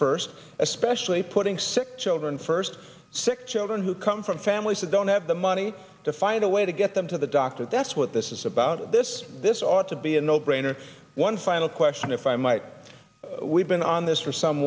first especially putting sick children first sick children who come from families that don't have the money to find a way to get them to the doctor that's what this is about this this ought to be a no brainer one final question if i might we've been on this for some